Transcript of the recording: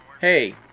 Hey